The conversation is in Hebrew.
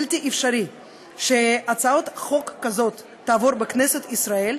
בלתי אפשרי שהצעת חוק כזאת תעבור בכנסת ישראל,